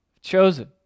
chosen